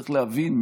צריך להבין,